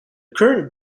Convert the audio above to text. current